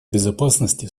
безопасности